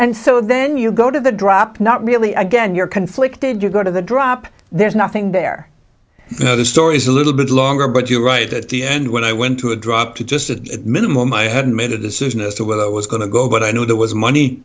and so then you go to the drop not really again you're conflicted you go to the drop there's nothing there so the stories a little bit longer but you're right at the end when i went to a drop to just a minimum i hadn't made a decision as to whether i was going to go but i know there was money